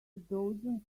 dozen